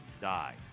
Die